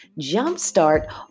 jumpstart